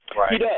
Right